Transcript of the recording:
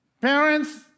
Parents